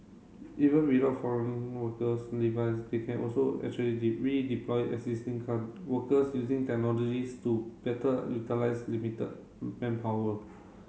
even without foreign workers they can also actually redeploy existing can workers using technologies to better utilise limited manpower